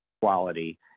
quality